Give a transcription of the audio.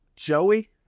Joey